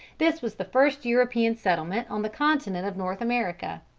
this was the first european settlement on the continent of north america.